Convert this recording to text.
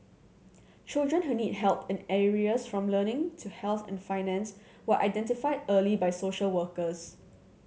children who need help in areas from learning to health and finance were identified early by social workers